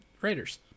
Raiders